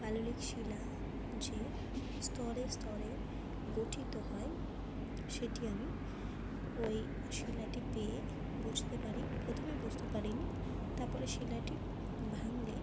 পাললিক শিলা যে স্তরে স্তরে গঠিত হয় সেটি আমি ওই শিলাটি পেয়ে বুঝতে পারি প্রথমে বুঝতে পারি নি তারপরে শিলাটি ভাঙলে